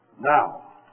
Now